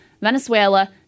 Venezuela